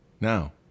Now